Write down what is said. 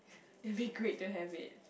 will be great to have it